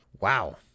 Wow